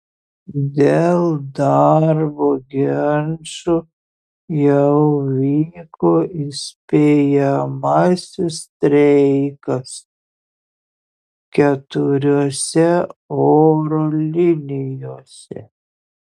dėl darbo ginčų jau vyko įspėjamasis streikas keturiose oro linijose